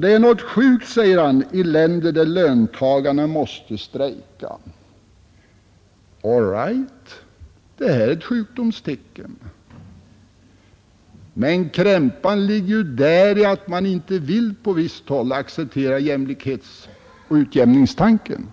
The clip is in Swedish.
Det är någonting sjukt, säger herr Lorentzon, i länder där löntagarna måste strejka. All right, det är ett sjukdomstecken. Men krämpan ligger däri att man på visst håll inte vill acceptera utjämningstanken.